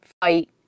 fight